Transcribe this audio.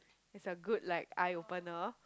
it's a good like eye opener